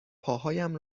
پاهایم